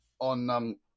on